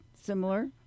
similar